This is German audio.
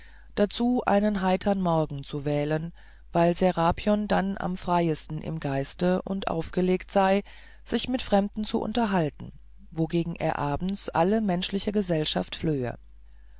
dazu einen heitern morgen zu wählen weil serapion dann am freisten im geiste und aufgelegt sei sich mit fremden zu unterhalten wogegen er abends alle menschliche gesellschaft flöhe